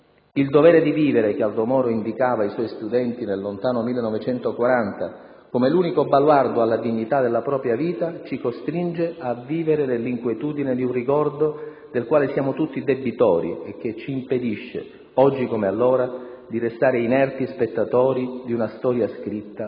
Il «dovere di vivere» che Aldo Moro indicava ai suoi studenti nel lontano 1940 come l'unico baluardo alla dignità della propria vita ci costringe a vivere nell'inquietudine di un ricordo del quale siamo tutti debitori e che ci impedisce, oggi come allora, di restare inerti spettatori di una storia scritta